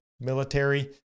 military